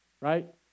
right